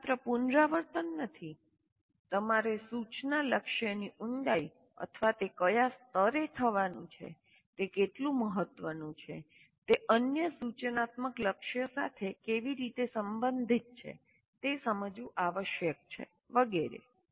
તે માત્ર પુનરાવર્તન નથી તમારે સૂચના લક્ષ્યની ઉંડાઈ અથવા તે કયા સ્તરે થવાનું છે તે કેટલું મહત્વનું છે તે અન્ય સૂચનાત્મક લક્ષ્યો સાથે કેવી રીતે સંબંધિત છે તે સમજવું આવશ્યક છે વગેરે